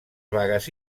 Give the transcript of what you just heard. vagues